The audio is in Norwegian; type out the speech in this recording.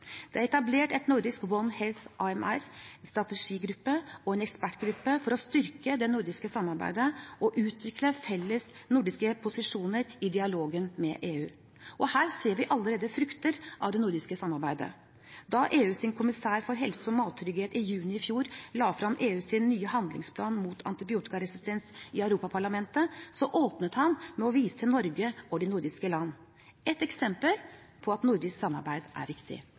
Det er etablert en nordisk One Health AMR strategigruppe og en ekspertgruppe for å styrke det nordiske samarbeidet og utvikle felles nordiske posisjoner i dialogen med EU. Her ser vi allerede frukter av det nordiske samarbeidet. Da EUs kommissær for helse og mattrygghet i juni i fjor la frem EUs nye handlingsplan mot antibiotikaresistens i Europaparlamentet, åpnet han med å vise til Norge og de nordiske land – et eksempel på at nordisk samarbeid er viktig.